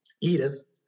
Edith